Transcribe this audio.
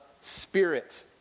spirit